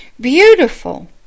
Beautiful